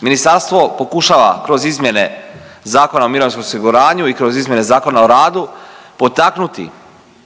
Ministarstvo pokušava kroz izmjene Zakona o mirovinskom osiguranju i kroz izmjene Zakona o radu potaknuti